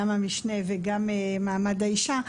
גם המשנה וגם מעמד האישה,